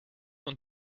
und